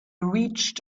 reached